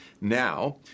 now